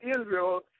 Israel